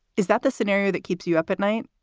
is that the scenario that keeps you up at night?